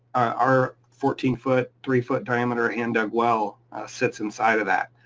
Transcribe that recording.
our fourteen foot, three foot diameter hand dug well sits inside of that.